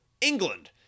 England